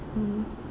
mmhmm